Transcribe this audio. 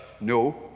No